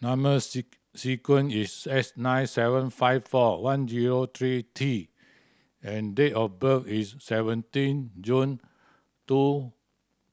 number sequence is S nine seven five four one zero three T and date of birth is seventeen June two